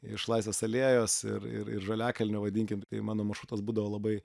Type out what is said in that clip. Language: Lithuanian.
iš laisvės alėjos ir ir žaliakalnio vadinkim tai mano maršrutas būdavo labai